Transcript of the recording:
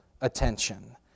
attention